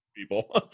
People